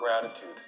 gratitude